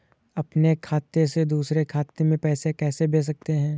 अपने खाते से दूसरे खाते में पैसे कैसे भेज सकते हैं?